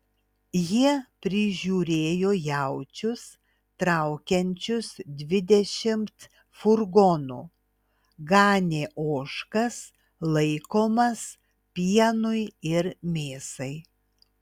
jie prižiūrėjo jaučius traukiančius dvidešimt furgonų ganė ožkas laikomas pienui ir mėsai